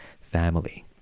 family